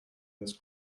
this